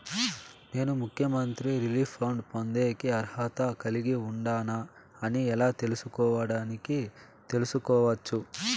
నేను ముఖ్యమంత్రి relief fund పొందేకి అర్హత కలిగి ఉండానా అని ఎలా తెలుసుకోవడానికి తెలుసుకోవచ్చు